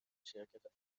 شرکت